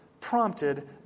prompted